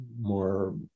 more